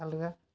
ଆଲଗା